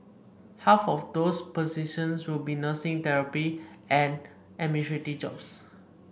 half of those positions will be nursing therapy and administrative jobs